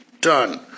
done